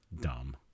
dumb